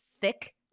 thick